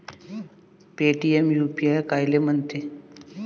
Paytm UPI कायले म्हनते?